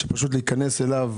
שפשוט להיכנס אליו,